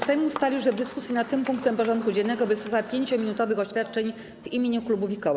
Sejm ustalił, że w dyskusji nad tym punktem porządku dziennego wysłucha 5-minutowych oświadczeń w imieniu klubów i koła.